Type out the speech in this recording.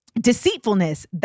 deceitfulness